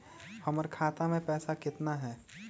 हमर खाता मे पैसा केतना है?